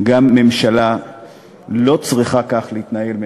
גם ממשלה לא צריכה כך להתנהל,